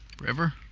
River